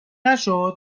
نشد